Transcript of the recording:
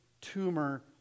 tumor